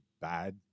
bad